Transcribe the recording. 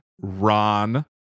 Ron